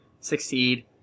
succeed